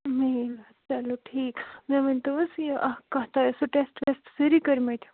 میل حظ چلو ٹھیٖک مےٚ ؤنۍتو حظ یہِ اَکھ کتھ تۄہہِ ٲسوٕ ٹٮ۪سٹہٕ وٮ۪سٹہٕ سٲری کٔرۍمٕتۍ